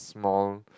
small